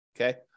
Okay